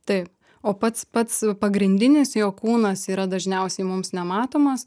taip o pats pats pagrindinis jo kūnas yra dažniausiai mums nematomas